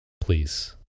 Please